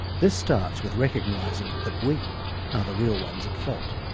this starts with recognising that we the real ones at fault.